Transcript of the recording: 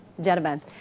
gentlemen